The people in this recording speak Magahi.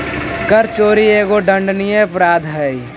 कर चोरी एगो दंडनीय अपराध हई